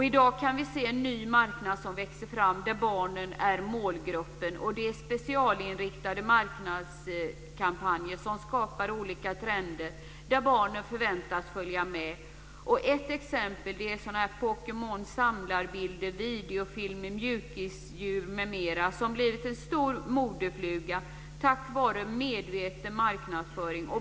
I dag kan vi se en ny marknad som växer fram där barnen är målgruppen. Genom specialinriktade marknadskampanjer skapas olika trender där barnen förväntas följa med. Ett exempel är Pokémon, med samlarbilder, videofilmer, mjukisdjur m.m., som blivit en stor modefluga tack vare medveten marknadsföring.